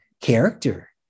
character